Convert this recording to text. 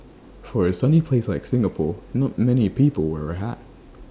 for A sunny place like Singapore not many people wear A hat